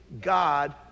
God